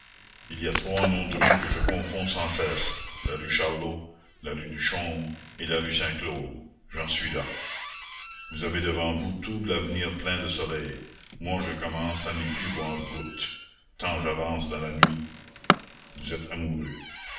il y a trois noms de rues que je confonds sans cesse la rue charlot la rue du chaume et la rue saint claude j'en suis là vous avez devant vous tout l'avenir plein de soleil moi je commence à n'y plus voir goutte tant j'avance dans la nuit vous êtes amoureux